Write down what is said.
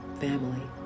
family